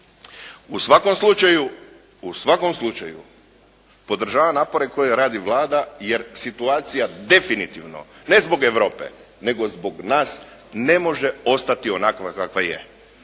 U svakom slučaju podržavam napore koje radi Vlada jer situacija definitivno, ne zbog Europe nego zbog nas, ne može ostati onakva kakva je.